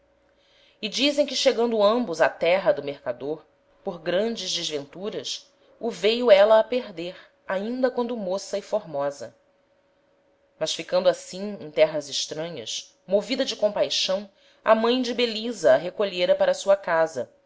e dizem que chegando ambos á terra do mercador por grandes desventuras o veio éla a perder ainda quando moça e formosa mas ficando assim em terras estranhas movida de compaixão a mãe de belisa a recolhera para sua casa